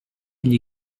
gli